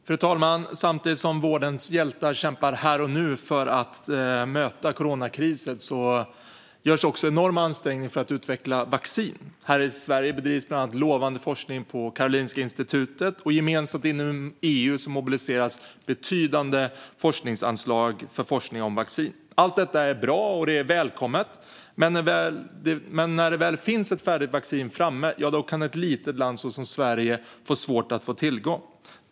Fru talman! Samtidigt som vårdens hjältar kämpar här och nu för att möta coronakrisen görs enorma ansträngningar för att utveckla vaccin. Här i Sverige bedrivs lovande forskning bland annat på Karolinska institutet, och gemensamt i EU mobiliseras betydande forskningsanslag för forskning om vaccin. Allt detta är bra och välkommet, men när det väl finns ett färdigt vaccin kan ett litet land som Sverige få svårt att få tillgång.